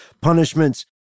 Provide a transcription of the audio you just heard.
punishments